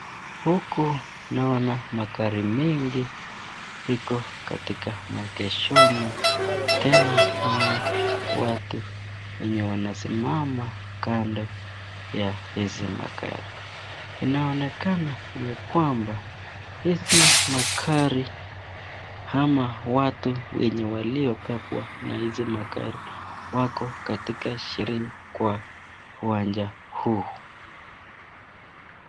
Huku naona magari menge iko katika maegeshoni . Tena naona watu wenye wanasimama kando ya hizi magari inaoneka ni kwamba, hizi magari ama watu wenye waliobebwa na hizi magari wako katika sherehe wa uwanja huu.